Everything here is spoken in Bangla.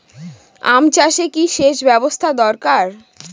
আম চাষে কি সেচ ব্যবস্থা দরকার?